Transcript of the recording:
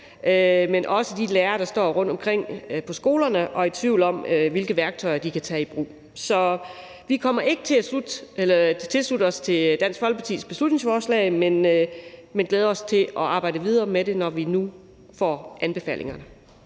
men også de lærere, der står rundtomkring på skolerne og er i tvivl om, hvilke værktøjer de kan tage i brug. Vi kommer ikke til at tilslutte os Dansk Folkepartis beslutningsforslag, men vi glæder os til at arbejde videre med det her, når vi nu får anbefalingerne.